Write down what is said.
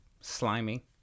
slimy